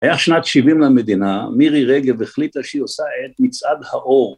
היה שנת שבעים למדינה, מירי רגב החליטה שהיא עושה את מצעד האור.